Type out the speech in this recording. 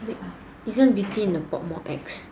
isn't beauty in the pot more ex